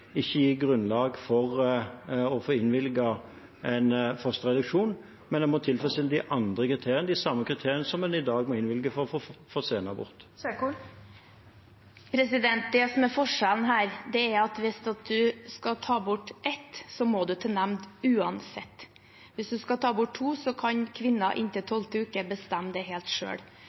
ikke gi grunnlag for å få innvilget fosterreduksjon. En må tilfredsstille de andre kriteriene, de samme kriteriene som en i dag må oppfylle for å få innvilget senabort. Det åpnes for oppfølgingsspørsmål – først Ingvild Kjerkol. Det som er forskjellen her, er at hvis man skal ta bort ett, må man til nemnd, uansett. Hvis man skal ta bort to, kan kvinnen inntil 12. uke bestemme det helt